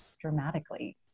dramatically